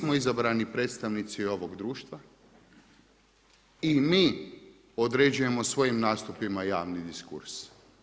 Mi smo izabrani predstavnici ovog društva i mi određujemo svojim nastupima javni diskurs.